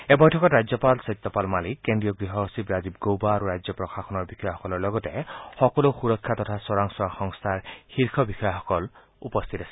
এই বৈঠকত ৰাজ্যপাল সত্যপাল মালিক কেন্দ্ৰীয় গৃহ সচিব ৰাজীৱ গৌবা আৰু ৰাজ্য প্ৰশাসনৰ বিষয়াসকলৰ লগতে সকলো সুৰক্ষা তথা চোৰাংচোৱা সংস্থাৰ শীৰ্ষ বিষয়াসকলো উপস্থিত আছিল